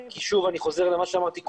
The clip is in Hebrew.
ושוב, אני חוזר למה שאמרתי קודם,